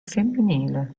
femminile